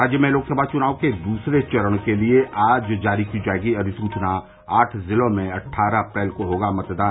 राज्य में लोकसभा चुनाव के दूसरे चरण के लिए आज जारी की जायेगी अधिसूचना आठ जिलों में अट्ठारह अप्रैल को होगा मतदान